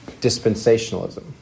dispensationalism